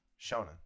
shonen